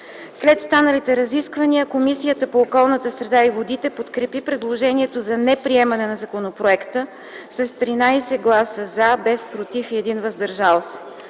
След станалите разисквания Комисията по околната среда и водите подкрепи предложението за неприемане на законопроекта с 13 гласа „за”, без „против” и 1 „въздържал се”.